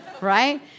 right